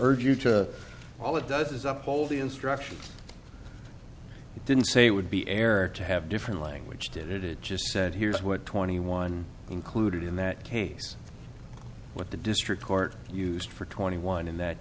urge you to all it does is up all the instructions didn't say it would be error to have different language did it it just said here's what twenty one included in that case what the district court used for twenty one in that